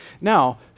Now